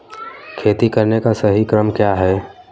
खेती करने का सही क्रम क्या है?